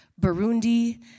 Burundi